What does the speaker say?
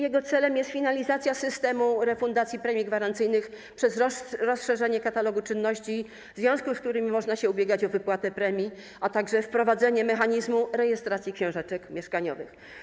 Jego celem jest finalizacja systemu refundacji premii gwarancyjnych przez rozszerzenie katalogu czynności, w związku z którymi można się ubiegać o wypłatę premii, a także wprowadzenie mechanizmu rejestracji książeczek mieszkaniowych.